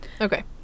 Okay